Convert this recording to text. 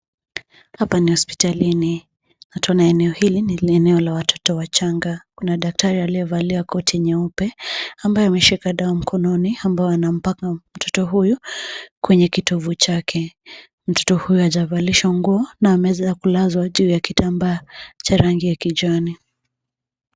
Hapa ni hospitalini, tunaona eneo hili ni la watoto wachanga. Kuna daktari aliyevalia koti nyeupe, ambaye ameshika dawa mkononi ambayo anampaka mtoto huyu kwenye kitovu chake. Mtoto huyu hajavalishwa nguo na ameweza kulazwa juu ya kitambaa cha rangi ya kijani.